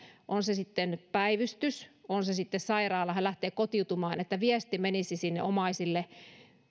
on se sitten päivystys tai on se sitten sairaala niin kun se asiakas lähtee sieltä kotiutumaan viesti menisi omaisille